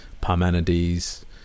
Parmenides